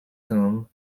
whom